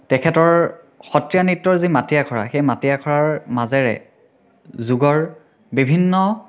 তেখেতৰ সত্ৰীয়া নৃত্যৰ যি মাটি আখৰা সেই মাটি আখৰাৰ মাজেৰে যোগৰ বিভিন্ন